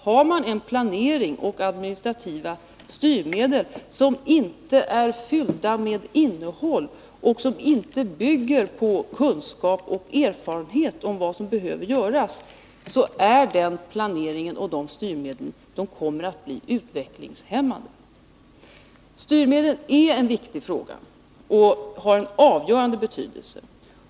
Har man en planering och administrativa styrmedel som inte är fyllda med innehåll och som inte bygger på kunskap om och erfarenhet av vad som behöver göras, blir den planeringen och de styrmedlen utvecklingshämmande. Frågan om styrmedel är viktig och har en avgörande betydelse.